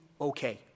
okay